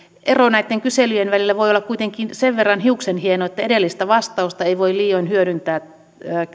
ero näitten kyselyjen välillä voi olla kuitenkin sen verran hiuksenhieno että edellistä vastausta ei voi liioin hyödyntää